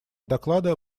доклада